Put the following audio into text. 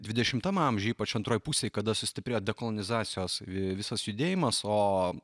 dvidešimtam amžiuj ypač antroj pusėj kada sustiprėjo dekolonizacijos visas judėjimas o